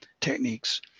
techniques